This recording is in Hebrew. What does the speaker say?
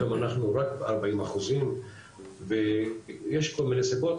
היום אנחנו רק 40% ויש כל מיני סיבות,